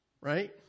Right